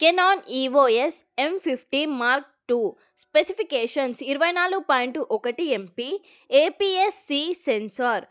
Canon EOS M fifty mark two specifications ఇరవై నాలుగు point ఒకటి ఎంపీ ఏపీఎస్సీ సెన్సార్